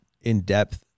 in-depth